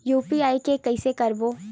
UPI के कइसे करबो?